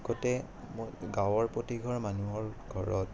আগতে গাঁৱৰ প্ৰতিঘৰ মানুহৰ ঘৰত